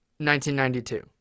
1992